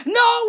no